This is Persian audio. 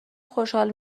خوشحال